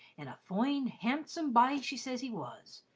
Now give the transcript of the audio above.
an' a foine handsum' bye she ses he was,